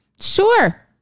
Sure